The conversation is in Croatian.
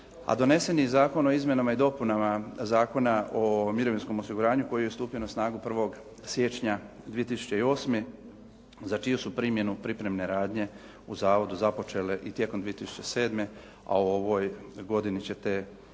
doneseni Zakon o izmjenama i dopunama Zakona o mirovinskom osiguranju koji je stupio na snagu 1. siječnja 2008. za čiju su primjenu pripremne radnje u zavodu započele i tijekom 2007. a u ovoj godini će te aktivnosti